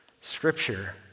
Scripture